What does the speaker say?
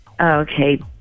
Okay